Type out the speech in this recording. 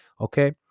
Okay